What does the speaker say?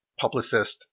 publicist